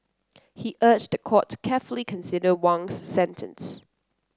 he urged the court to carefully consider Wang's sentence